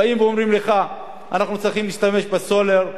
באים ואומרים לך: אנחנו צריכים להשתמש בסולר,